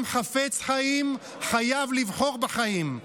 עם חפץ חיים חייב לבחור בחיים.